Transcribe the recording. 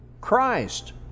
Christ